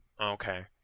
Okay